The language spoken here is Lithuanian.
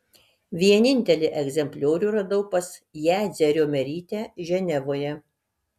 vienintelį egzempliorių radau pas jadzią riomerytę ženevoje